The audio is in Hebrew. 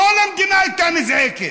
כל המדינה הייתה נזעקת.